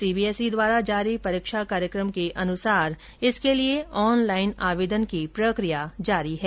CBSE द्वारा जारी परीक्षा कार्यक्रम के अनुसार इसके लिए ऑनलाइन आवेदन की प्रक्रिया जारी है